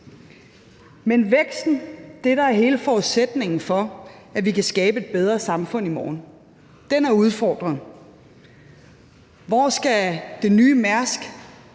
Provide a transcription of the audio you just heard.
Men væksten, det, der er hele forudsætningen for, at vi kan skabe et bedre samfund i morgen, er udfordret. Hvor skal det nye Mærsk,